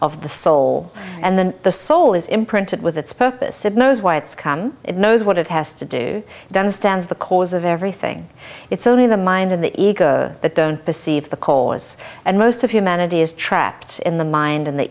of the soul and then the soul is imprinted with its purpose it knows why it's come it knows what it has to do then stands the cause of everything it's only the mind and the ego that don't perceive the cause and most of humanity is trapped in the mind and th